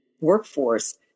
workforce